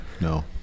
No